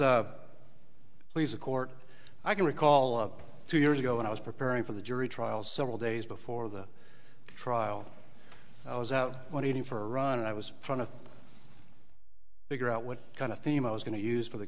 honor please a court i can recall up two years ago when i was preparing for the jury trial several days before the trial i was out when eating for ron and i was trying to figure out what kind of theme i was going to use for the